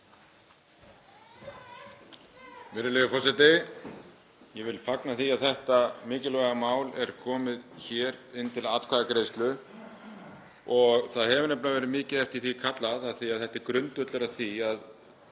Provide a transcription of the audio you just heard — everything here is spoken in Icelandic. Virðulegi forseti. Ég vil fagna því að þetta mikilvæga mál er komið hér inn til atkvæðagreiðslu. Það hefur nefnilega verið mikið eftir því kallað af því að þetta er grundvöllur að því að